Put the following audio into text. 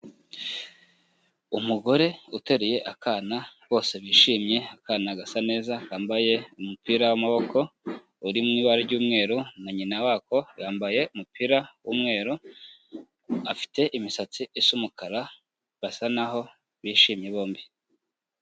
Umugore uteruye akana bose bishimye akana gasa neza kambaye umupira w'amaboko, uri mu ibara ry'umweru na nyina wako yambaye umupira w'umweru, afite imisatsi isa umukara, basa naho bishimye bombi.